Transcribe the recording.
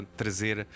trazer